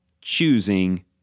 choosing